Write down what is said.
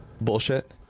bullshit